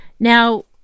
Now